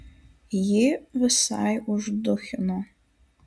jį visai užduchino